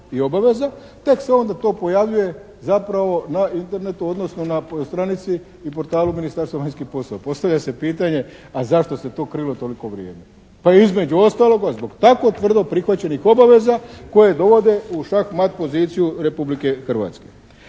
i obaveza, tek se onda to pojavljuje zapravo na Internetu, odnosno na stranici i portalu Ministarstva vanjskih poslova. Postavlja se pitanje a zašto se to krilo toliko vrijeme. Pa između ostaloga zbog tako tvrdo prihvaćenih obaveza koje dovode u šah-mat poziciju Republike Hrvatske.